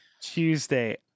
Tuesday